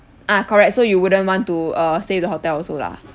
ah correct so you wouldn't want to uh stay the hotel also lah